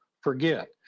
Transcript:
forget